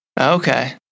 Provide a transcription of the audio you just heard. Okay